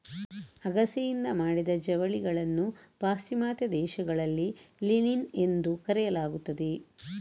ಅಗಸೆಯಿಂದ ಮಾಡಿದ ಜವಳಿಗಳನ್ನು ಪಾಶ್ಚಿಮಾತ್ಯ ದೇಶಗಳಲ್ಲಿ ಲಿನಿನ್ ಎಂದು ಕರೆಯಲಾಗುತ್ತದೆ